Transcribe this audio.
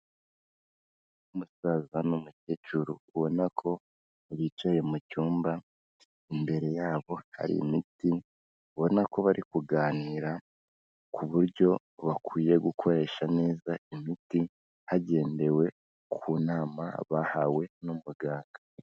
Umusaza n'umukecuru ubona ko bicaye mu cyumba, imbere yabo hari imiti ubona ko bari kuganira ku buryo bakwiye gukoresha neza imiti hagendewe ku nama bahawe n'umuganga.